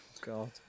God